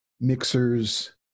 mixers